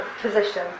Position